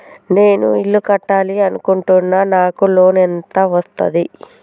నేను ఇల్లు కట్టాలి అనుకుంటున్నా? నాకు లోన్ ఎంత వస్తది?